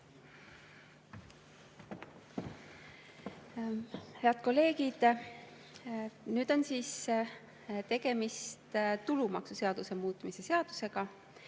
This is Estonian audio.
Head kolleegid! Nüüd on tegemist tulumaksuseaduse muutmise seaduse